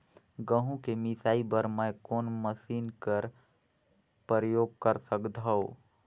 गहूं के मिसाई बर मै कोन मशीन कर प्रयोग कर सकधव?